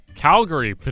Calgary